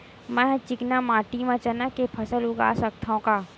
मै ह चिकना माटी म चना के फसल उगा सकथव का?